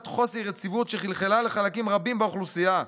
חוסר יציבות שחלחלה לחלקים רבים באוכלוסייה.